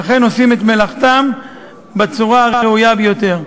ואכן עושים את מלאכתם בצורה הראויה ביותר.